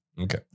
Okay